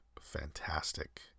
fantastic